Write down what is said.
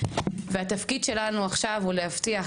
התפקיד שלנו עכשיו הוא להבטיח,